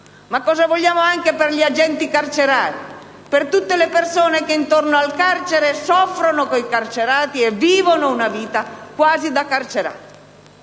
su cosa vogliamo, anche per gli agenti carcerari e per tutte le persone che intorno al carcere soffrono con i carcerati e vivono una vita quasi da carcerati.